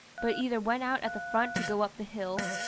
but either went out at the front to go up the hill,